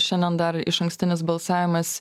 šiandien dar išankstinis balsavimas